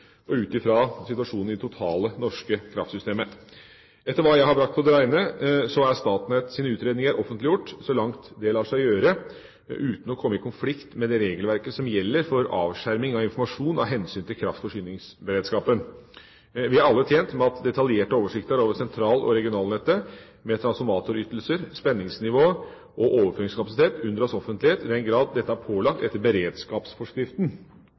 og ut fra situasjonen i det totale norske kraftsystemet. Etter hva jeg har brakt på det rene, er Statnetts utredninger offentliggjort så langt det lar seg gjøre uten å komme i konflikt med det regelverket som gjelder for avskjerming av informasjon av hensyn til kraftforsyningsberedskapen. Vi er alle tjent med at detaljerte oversikter over sentral- og regionalnettet med transformatorytelser, spenningsnivå og overføringskapasitet unndras offentlighet i den grad dette er pålagt etter beredskapsforskriften